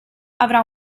avrà